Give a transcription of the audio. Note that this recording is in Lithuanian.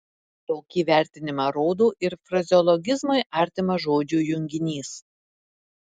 tokį vertinimą rodo ir frazeologizmui artimas žodžių junginys